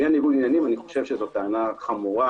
לענין ניגוד עניינים אני חושב שזו טענה חמורה,